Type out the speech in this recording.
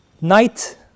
Night